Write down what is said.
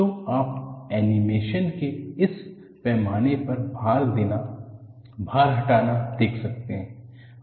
तो आप एनीमेशन के इस पैमाने पर भार देना भार हटाना देख सकते हैं